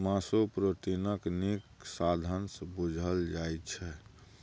मासु प्रोटीनक नीक साधंश बुझल जाइ छै